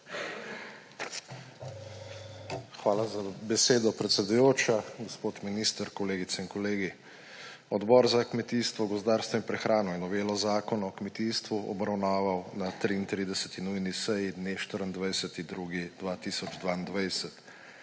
Hvala za besedo, predsedujoča. Gospod minister, kolegice in kolegi! Odbor za kmetijstvo, gozdarstvo in prehrano je novelo Zakona o kmetijstvu obravnaval na 33. nujni seji dne 24. 2.